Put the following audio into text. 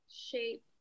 shape